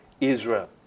Israel